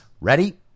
ready